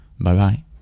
Bye-bye